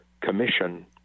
Commission